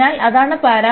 അതിനാൽ അതാണ് പരാബോള